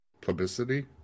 publicity